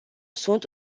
sunt